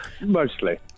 Mostly